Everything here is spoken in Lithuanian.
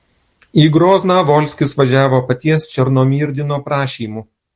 į grozną volskis važiavo paties černomyrdino prašymu